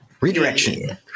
Redirection